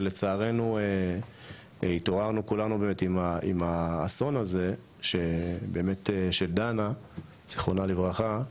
שלצערנו התעוררנו כולנו עם האסון של דנה זיכרונה לברכה,